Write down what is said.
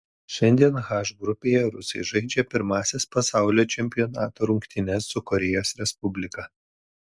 šiandien h grupėje rusai žaidžia pirmąsias pasaulio čempionato rungtynes su korėjos respublika